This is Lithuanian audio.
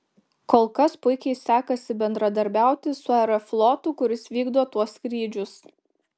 kol kas puikiai sekasi bendradarbiauti su aeroflotu kuris vykdo tuos skrydžius